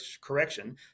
correction